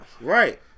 Right